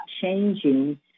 changing